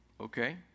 Okay